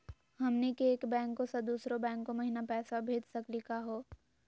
हमनी के एक बैंको स दुसरो बैंको महिना पैसवा भेज सकली का हो?